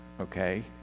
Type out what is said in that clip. okay